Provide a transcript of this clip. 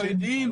חרדים,